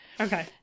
Okay